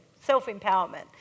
self-empowerment